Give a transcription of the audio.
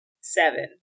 Seven